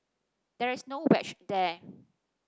there is no wedge there